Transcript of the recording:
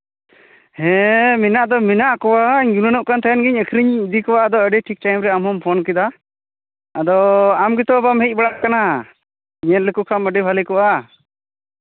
ᱦᱮᱸ ᱢᱮᱱᱟᱜ ᱫᱚ ᱢᱮᱱᱟᱜᱼᱟ ᱠᱚᱣᱟ ᱜᱩᱱᱟᱹᱱᱚᱜ ᱠᱟᱱ ᱛᱟᱦᱮᱱᱜᱤᱧ ᱟᱠᱷᱨᱤᱧ ᱤᱧ ᱤᱫᱤ ᱠᱚᱣᱟ ᱟᱫᱚ ᱴᱷᱤᱠ ᱴᱟᱭᱤᱢ ᱨᱮ ᱟᱫᱚ ᱟᱢ ᱦᱚᱸᱢ ᱯᱷᱳᱱ ᱠᱮᱫᱟ ᱟᱫᱚ ᱟᱢ ᱜᱮᱛᱚ ᱵᱟᱢ ᱦᱮᱡ ᱵᱟᱲᱟᱜ ᱠᱟᱱᱟ ᱧᱮᱞ ᱞᱮᱠᱚ ᱠᱷᱟᱱ ᱮᱢ ᱟᱹᱰᱤ ᱵᱷᱟᱹᱜᱤ ᱠᱚᱜᱼᱟ